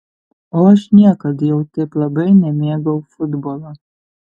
o aš niekad jau taip labai nemėgau futbolo